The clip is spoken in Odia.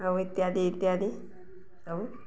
ଆଉ ଇତ୍ୟାଦି ଇତ୍ୟାଦି ଆଉ